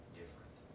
different